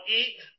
eat